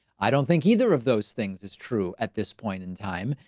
i don't think either of those things is true at this point in time.